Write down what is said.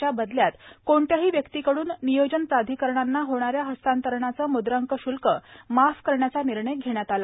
च्या बदल्यात कोणत्याही व्यक्तीकडून नियोजन प्राधिकरणांना होणाऱ्या हस्तांतरणाचे मुद्रांक शुल्क माफ करण्याचा निर्णय घेण्यात आला